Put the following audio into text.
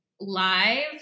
Live